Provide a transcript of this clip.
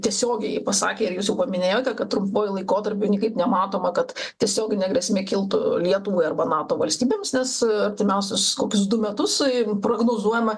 tiesiogiai pasakė ir jūs jau paminėjote kad trumpuoju laikotarpiu niekaip nematoma kad tiesioginė grėsmė kiltų lietuvai arba nato valstybėms nes artimiausius koks du metus jeigu prognozuojama